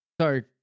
Sorry